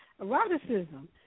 Eroticism